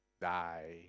Die